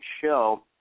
show